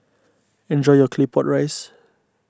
enjoy your Claypot Rice